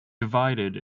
divided